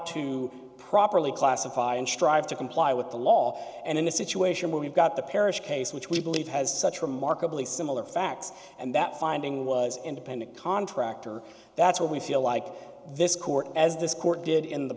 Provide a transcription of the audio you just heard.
to properly classify and strive to comply with the law and in this situation we've got the parish case which we believe has such remarkably similar facts and that finding was independent contractor that's what we feel like this court as this court did in the